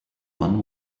one